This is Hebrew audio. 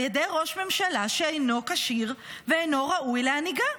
ידי ראש ממשלה שאינו כשיר ואינו ראוי להנהיגה.